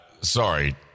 sorry